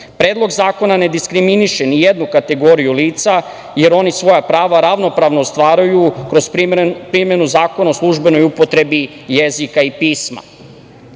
Predlog zakona ne diskriminiše ni jednu kategoriju lica, jer oni svoja prava ravnopravno ostvaruju kroz primenu Zakona o službenoj upotrebi jezika i